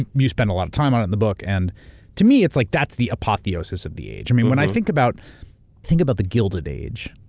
and you spend a lot of time on it in the book, and to me it's like that's the apotheosis of the age. i mean, when i think about think about the gilded age,